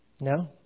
No